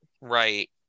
Right